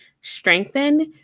strengthened